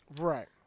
Right